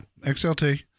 XLT